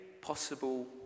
possible